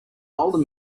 older